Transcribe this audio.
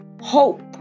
hope